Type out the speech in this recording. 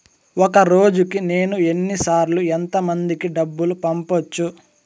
ఒక రోజుకి నేను ఎన్ని సార్లు ఎంత మందికి డబ్బులు పంపొచ్చు?